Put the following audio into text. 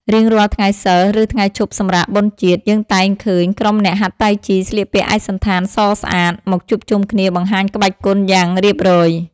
រៀងរាល់ថ្ងៃសីល ឬថ្ងៃឈប់សម្រាកបុណ្យជាតិ យើងតែងឃើញក្រុមអ្នកហាត់តៃជីស្លៀកពាក់ឯកសណ្ឋានសស្អាត មកជួបជុំគ្នាបង្ហាញក្បាច់គុណយ៉ាងរៀបរយ។